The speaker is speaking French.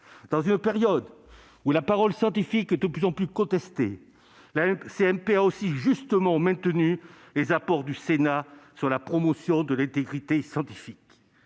Dans une période où la parole scientifique est de plus en plus contestée, la CMP a aussi justement maintenu les apports du Sénat sur la promotion de l'intégrité scientifique.